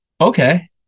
okay